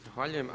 Zahvaljujem.